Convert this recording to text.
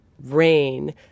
rain